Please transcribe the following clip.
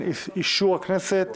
אני פותח את ישיבת ועדת הכנסת.